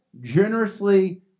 Generously